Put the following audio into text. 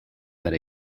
that